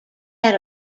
had